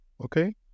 okay